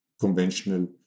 conventional